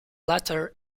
latter